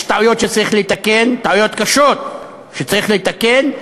יש טעויות שצריך לתקן, טעויות קשות שצריך לתקן,